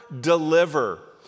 deliver